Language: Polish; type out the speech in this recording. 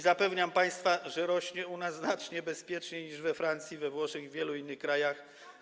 Zapewniam państwa, że rośnie u nas w sposób znacznie bezpieczniejszy niż we Francji, we Włoszech i w wielu innych krajach.